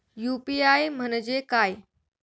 UPI म्हणजे काय?